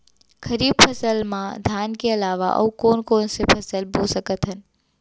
खरीफ फसल मा धान के अलावा अऊ कोन कोन से फसल बो सकत हन?